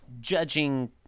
judging